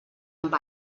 amb